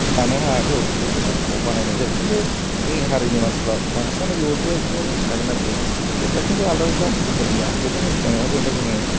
थानो हागौ एखम्बा समाव बाहायनाय जायो किन्तु जोंनि हारिनि मानसिफ्रा बांसिनानो बेबायदिखौ मिथिखागोन आरोखि जेनबा किन्तु आलादा जाथिफोरनिया बेखौ मिन्थिनांगोन मा जेनबा जोङो